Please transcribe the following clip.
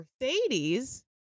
Mercedes